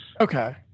Okay